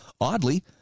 Oddly